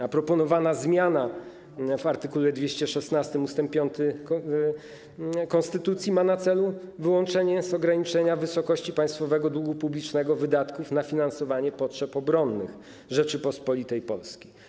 A proponowana zmiana art. 216 ust. 5 konstytucji ma na celu wyłączenie z ograniczenia wysokości państwowego długu publicznego wydatków na finansowanie potrzeb obronnych Rzeczypospolitej Polskiej.